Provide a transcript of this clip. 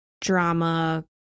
drama